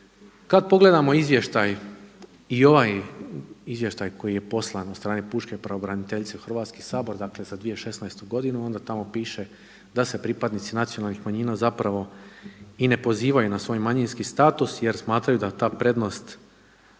Kad pogledamo izvještaj i ovaj izvještaj koji je poslan od strane pučke pravobraniteljice u Hrvatski sabor, dakle za 2016. godinu, onda tamo piše da se pripadnici nacionalnih manjina zapravo i ne pozivaju na svoj manjinski status, jer smatraju da ta prednost